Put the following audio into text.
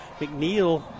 McNeil